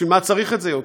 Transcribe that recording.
בשביל מה צריך את זה עוד?